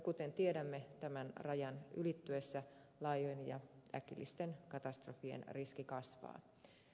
kuten tiedämme tämän rajan ylittyessä laajojen ja äkillisten katastrofien riski kasvaa